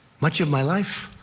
much of my life.